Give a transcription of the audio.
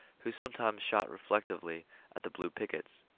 who sometimes shot reflectively at the blue pickets.